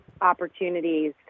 opportunities